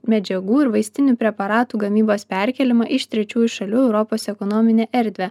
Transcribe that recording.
medžiagų ir vaistinių preparatų gamybos perkėlimą iš trečiųjų šalių į europos ekonominę erdvę